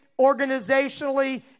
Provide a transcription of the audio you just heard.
organizationally